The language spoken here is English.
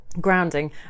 grounding